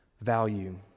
Value